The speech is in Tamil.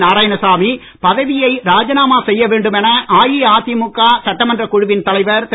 நாராயணசாமி பதவியை ராஜினாமா செய்ய வேண்டும் என அஇஅதிமுக சட்டமன்றக் குழுவின் தலைவர் திரு